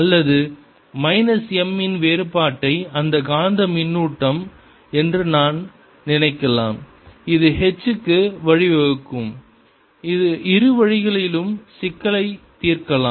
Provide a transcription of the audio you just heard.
அல்லது minus m இன் வேறுபாட்டை அந்த காந்தக் மின்னூட்டம் என்று நான் நினைக்கலாம் இது h க்கு வழிவகுக்கும் இரு வழிகளிலும் சிக்கலை தீர்க்கலாம்